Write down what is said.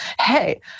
hey